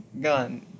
gun